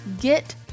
get